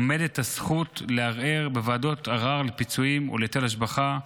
עומדת לו הזכות לערער בוועדות ערר לפיצויים ולהיטל השבחה,